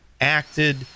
acted